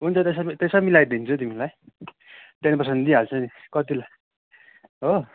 हुन्छ त्यसमा त्यसमा मिलाइदिन्छु तिमीलाई टेन पर्सेन्ट दिइहाल्छु नि कति लाग्छ हो हजुर